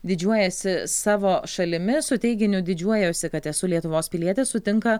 didžiuojasi savo šalimi su teiginiu didžiuojuosi kad esu lietuvos pilietis sutinka